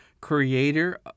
creator